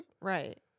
Right